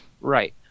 Right